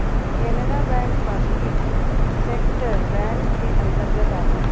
Canara bank public sector bank के अंतर्गत आता है